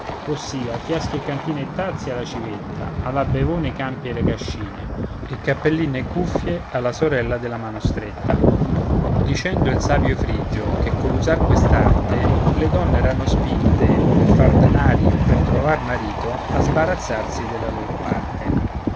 ossia fiaschi e cantine e tazze alla civetta alla bevona i campi e le cascine e cappellini e cuffie alla sorella della mano stretta dicendo il savio frigio che coll'usar quest'arte le donne erano spinte per far danari o per trovar marito a sbarazzarsi della loro parte